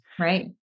Right